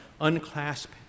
unclasp